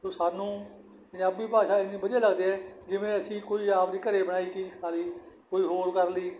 ਸੋ ਸਾਨੂੰ ਪੰਜਾਬੀ ਭਾਸ਼ਾ ਇੰਨੀ ਵਧੀਆ ਲੱਗਦੀ ਹੈ ਜਿਵੇਂ ਅਸੀਂ ਕੋਈ ਆਪਦੀ ਘਰੇ ਬਣਾਈ ਚੀਜ਼ ਖਾ ਲਈ ਕੋਈ ਹੋਰ ਕਰ ਲਈ